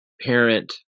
parent